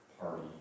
party